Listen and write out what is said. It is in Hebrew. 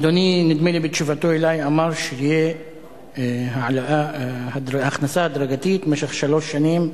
אדוני נדמה לי בתשובתו אלי אמר שתהיה הכנסה הדרגתית במשך שלוש שנים,